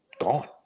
gone